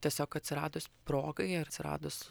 tiesiog atsiradus progai ir atsiradus